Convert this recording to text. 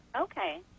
Okay